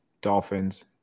dolphins